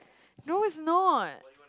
no it's no